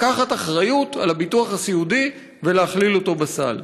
לקחת אחריות על הביטוח הסיעודי ולהכליל אותו בסל,